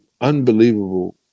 unbelievable